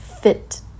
Fit